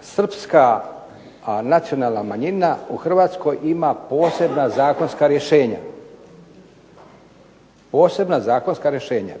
srpska nacionalna manjina u Hrvatskoj ima posebna zakonska rješenja.